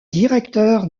directeur